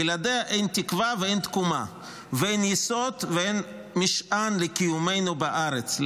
בלעדיה אין תקוה ואין תקומה ואין יסוד ואין משען לקיומנו בארץ,